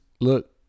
look